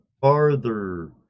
farther